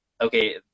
okay